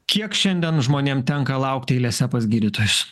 kiek šiandien žmonėm tenka laukti eilėse pas gydytojus